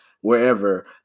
wherever